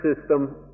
system